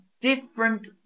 different